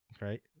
Right